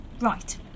Right